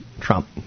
Trump